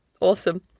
Awesome